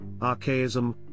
archaism